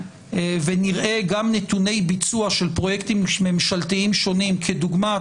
ונראה גם נתוני ביצוע של פרויקטים ממשלתיים שונים כדוגמת